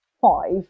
five